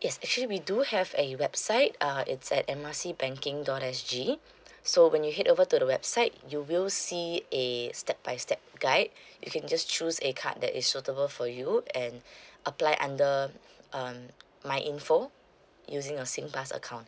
yes actually we do have a website uh it's at M R C banking dot S_G so when you head over to the website you will see a step by step guide you can just choose a card that is suitable for you and apply under um my info using a SingPass account